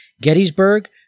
Gettysburg